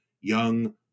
young